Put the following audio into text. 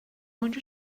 اونجا